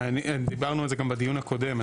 דיברנו על זה גם בדיון הקודם,